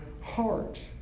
heart